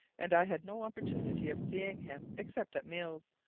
and i had no opportunities of seeing him except at meals,